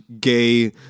gay